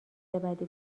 بدی